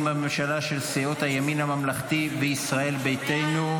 בממשלה של סיעות הימין הממלכתי וישראל ביתנו.